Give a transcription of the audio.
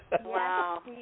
Wow